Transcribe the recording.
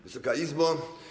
Wysoka Izbo!